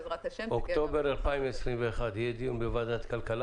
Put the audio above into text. בעזרת השם --- באוקטובר 2021 יהיה דיון בוועדת הכלכלה